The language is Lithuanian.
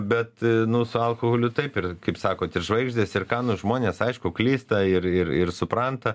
bet nu su alkoholiu taip ir kaip sakot ir žvaigždės ir ką nu žmonės aišku klysta ir ir ir supranta